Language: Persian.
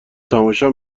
تماشا